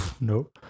No